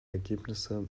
ergebnisse